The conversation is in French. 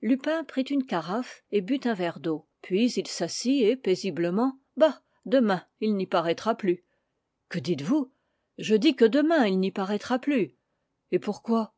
lupin prit une carafe et but un verre d'eau puis il s'assit et paisiblement bah demain il n'y paraîtra plus que dites-vous je dis que demain il n'y paraîtra plus et pourquoi